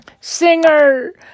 Singer